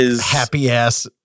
Happy-ass